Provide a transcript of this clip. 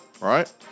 Right